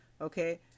Okay